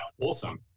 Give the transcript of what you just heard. awesome